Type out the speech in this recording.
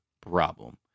problem